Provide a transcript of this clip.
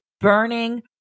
burning